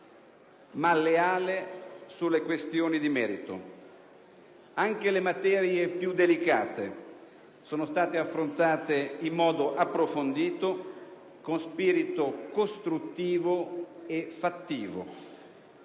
ma leale sulle questioni di merito. Anche le materie più delicate sono state affrontate in modo approfondito, con spirito costruttivo e fattivo.